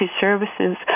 services